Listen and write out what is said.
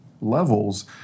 levels